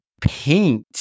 paint